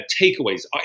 takeaways